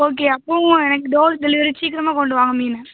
okay அப்புறம் எனக்கு door delivery சீக்கிரமாக கொண்டு வாங்க மீன்